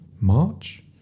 March